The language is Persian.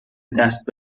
دست